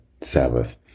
Sabbath